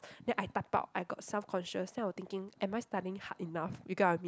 then I type out I got self conscious then I were thinking am I studying hard enough you get what I mean